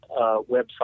website